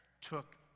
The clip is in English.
took